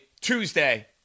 Tuesday